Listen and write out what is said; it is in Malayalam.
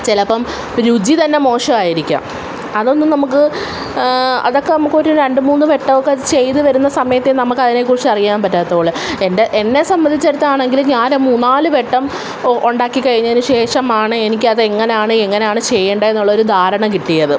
ചിലപ്പം രുചി തന്നെ മോശമായിരിക്കാം അതൊന്നും നമുക്ക് അതൊക്കെ നമുക്കൊരു രണ്ട് മൂന്ന് വട്ടമൊക്കെ അത് ചെയ്ത് വരുന്ന സമയത്തെ നമുക്കതിനെ കുറിച്ചറിയാൻ പറ്റാത്തുള് എൻ്റെ എന്നെ സംബന്ധിച്ചിടത്താണെങ്കിൽ ഞാൻ മൂന്ന് നാല് വട്ടം ഉണ്ടാക്കി കഴിഞ്ഞതിന് ശേഷമാണ് എനിക്കത് എങ്ങനാണ് എങ്ങനാണ് ചെയ്യേണ്ടതെന്നുള്ളൊരു ധാരണ കിട്ടിയത്